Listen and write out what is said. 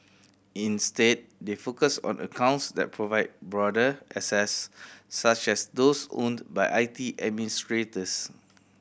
instead they focus on accounts that provide broader access such as those owned by I T administrators